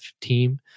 team